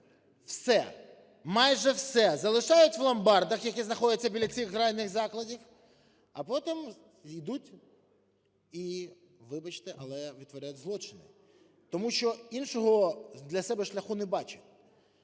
все, майже все залишають в ломбардах, які знаходяться біля цих гральних закладів, а потім ідуть і, вибачте, але витворяють злочини, тому що іншого для себе шляху не бачать.